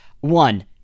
One